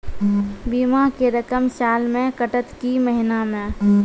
बीमा के रकम साल मे कटत कि महीना मे?